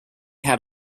had